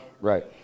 Right